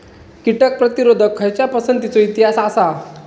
कीटक प्रतिरोधक खयच्या पसंतीचो इतिहास आसा?